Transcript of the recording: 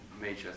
major